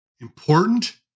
Important